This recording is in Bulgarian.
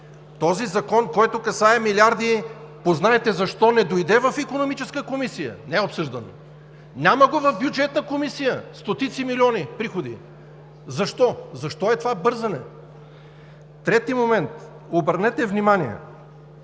този закон, който касае милиарди, не дойде в Икономическа комисия, не е обсъждан, няма го в Бюджетна комисия? За стотици милиони приходи! Защо? Защо е това бързане? Трети момент, обърнете внимание